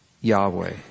Yahweh